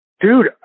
dude